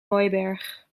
hooiberg